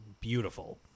beautiful